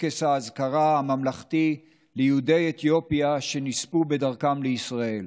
מטקס האזכרה הממלכתי ליהודי אתיופיה שנספו בדרכם לישראל,